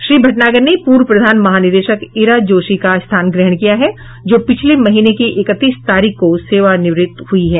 श्री भटनागर ने पूर्व प्रधान महानिदेशक इरा जोशी का स्थान ग्रहण किया है जो पिछले महीने की इकतीस तारीख को सेवानिवृत्त हो गईं है